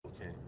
Okay